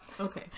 okay